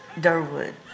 Durwood